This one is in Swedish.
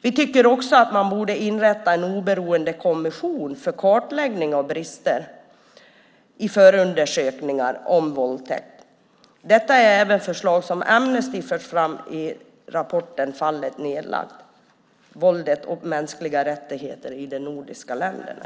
Vi tycker också att man borde inrätta en oberoende kommission för kartläggning av brister i förundersökningar om våldtäkt. Detta är förslag som även Amnesty har fört fram i rapporten Fallet nedlagt - våldtäkt och mänskliga rättigheter i de nordiska länderna .